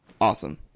Awesome